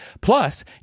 plus